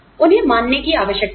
उन्हें मानने की आवश्यकता है